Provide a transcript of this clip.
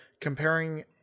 comparing